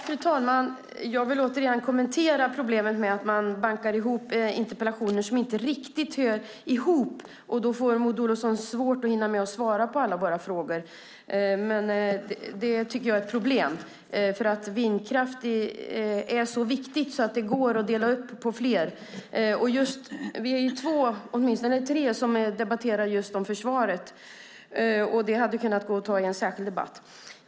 Fru talman! Jag vill återigen kommentera problemet med att man bankar ihop interpellationer som inte riktigt hör samman. Då får Maud Olofsson svårt att hinna svara på alla våra frågor, och det tycker jag är ett problem. Vindkraft är så viktigt att det går att dela upp det på fler interpellationer, och vi är åtminstone tre personer som debatterar just om försvaret så det hade man kunnat ta i en särskild debatt.